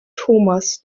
thomas